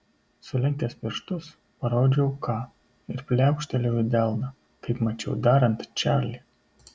sulenkęs pirštus parodžiau k ir pliaukštelėjau į delną kaip mačiau darant čarlį